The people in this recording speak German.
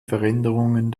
veränderungen